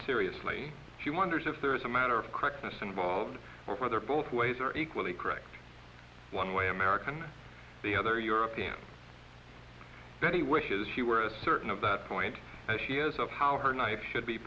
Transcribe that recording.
seriously she wonders if there is a matter of correctness involved or whether both ways are equally correct one way american the other european that he wishes he were a certain of that point and she is of how her knife should be